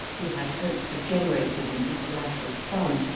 who had hopes of generating an equi lateral son,